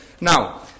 Now